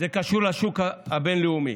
קשור לשוק הבין-לאומי